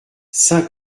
saint